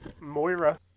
Moira